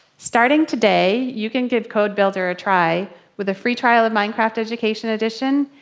starting today, you can give code builder a try with a free trial of minecraft education edition,